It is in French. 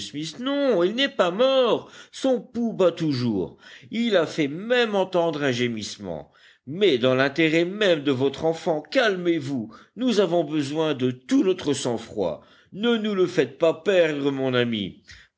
smith non il n'est pas mort son pouls bat toujours il a fait même entendre un gémissement mais dans l'intérêt même de votre enfant calmez-vous nous avons besoin de tout notre sang-froid ne nous le faites pas perdre mon ami